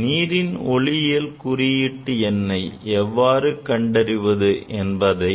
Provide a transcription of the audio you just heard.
நீரின் ஒளிவிலகல் குறியீட்டு எண்ணை எவ்வாறு கண்டறிவது என்பதை